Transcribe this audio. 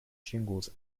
jingles